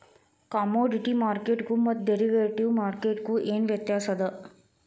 Commodity ಮಾರ್ಕೆಟ್ಗು ಮತ್ತ derivative ಮಾರ್ಕೆಟ್ಗು ಏನ್ ವ್ಯತ್ಯಾಸದ?